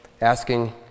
asking